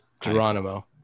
Geronimo